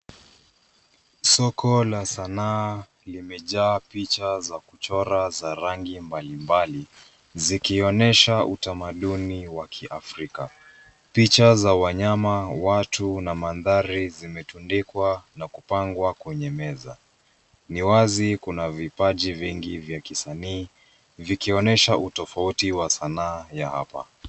Soko la sana limejaa picha za kuchora za rangi mbalimbali zikionyesha utamaduni wa Kiafrika. Picha za wanyama, watu na mandhari zimetundikwa na kupangwa kwenye meza. Ni wazi kuna vipaji vingi vya kisanii vikionyesha utofauti wa sanaa ya hapa.